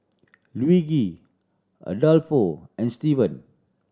Luigi Adolfo and Steven